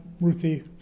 Ruthie